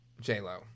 J-Lo